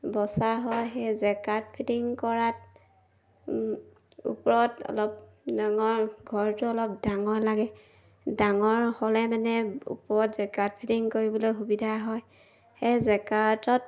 বচা হয় সেই জেকাৰ্ট ফিটিং কৰাত ওপৰত অলপ ডাঙৰ ঘৰটো অলপ ডাঙৰ লাগে ডাঙৰ হ'লে মানে ওপৰত জেকাৰ্ট ফিটিং কৰিবলৈ সুবিধা হয় সেই জেকাৰ্টত